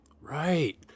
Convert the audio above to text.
right